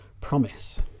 promise